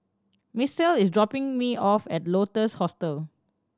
Misael is dropping me off at Lotus Hostel